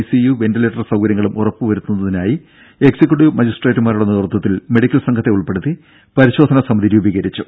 U സൌകര്യങ്ങളും ventilator ഉറപ്പുവരുത്തുന്നതിനായി executive മജിസ്ട്രേറ്റുമാരുടെ നേതൃത്വത്തിൽ മെഡിക്കൽ സംഘത്തെ ഉൾപ്പെടുത്തി പരിശോധനാ സമിതി രൂപീകരിച്ചു